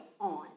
on